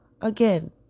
again